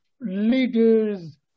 leaders